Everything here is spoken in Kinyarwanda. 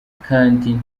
kandi